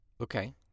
Okay